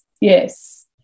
yes